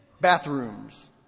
bathrooms